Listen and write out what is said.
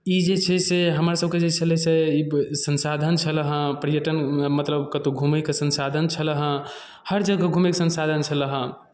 ई जे छै से हमरसभके जे छलै से ई संसाधन छलए हँ पर्यटन मतलब कतहु घूमैके संसाधन छलए हँ हर जगह घूमैके संसाधन छलए हँ